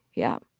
yeah